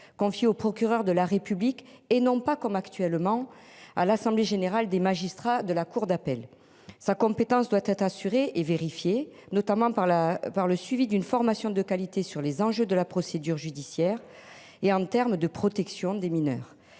confiée au procureur de la République et non pas comme actuellement à l'assemblée générale des magistrats de la cour d'appel. Sa compétence doit être assurée et vérifier notamment par la, par le suivi d'une formation de qualité sur les enjeux de la procédure judiciaire et en terme de protection des mineurs.